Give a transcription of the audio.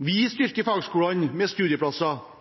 Vi styrker fagskolene med studieplasser,